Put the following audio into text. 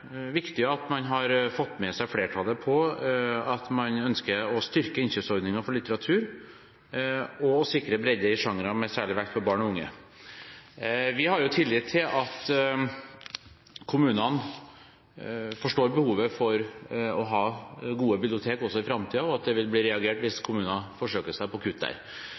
viktig at man har fått med seg flertallet på at man ønsker å styrke innkjøpsordningen for litteratur og sikre bredde i sjangrene, med særlig vekt på barn og unge. Vi har tillit til at kommunene forstår behovet for å ha gode bibliotek også i framtiden, og at det vil bli reagert hvis kommuner forsøker seg på kutt der.